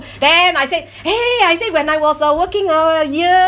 then I say !hey! I say when I was uh working ah years